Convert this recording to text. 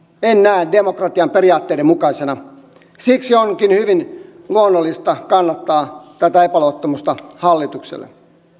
en näe demokratian periaatteiden mukaisena siksi onkin hyvin luonnollista kannattaa tätä epäluottamusta hallitukselle